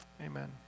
amen